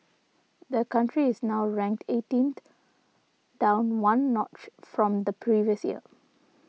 the country is now ranked eighteenth down one notch from the previous year